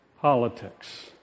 politics